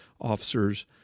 officers